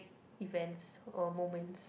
events or moments